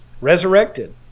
resurrected